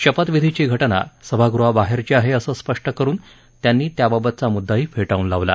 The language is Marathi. शपधविधीची घटना सभागृहाबाहेरची आहे असं स्पष्ट करून त्यांनी त्याबाबतचा मुद्राही फेटाळून लावला